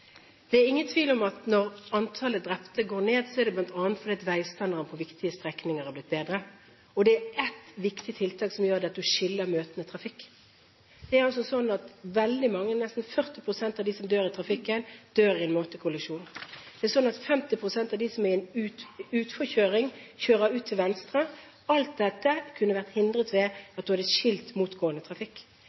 Det er ingen tvil om at når antallet drepte går ned, er det bl.a. fordi veistandarden på viktige strekninger er blitt bedre. Ett viktig tiltak er at man skiller møtende trafikk. Veldig mange – nesten 40 pst. – av dem som dør i trafikken, dør i en møtekollisjon. 50 pst. av dem som er i en utforkjøring, kjører ut til venstre. Alt dette kunne ha vært hindret ved at man hadde skilt motgående trafikk. Det er når en ikke skiller motgående trafikk,